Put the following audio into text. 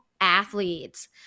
athletes